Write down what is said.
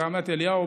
ברמת אליהו,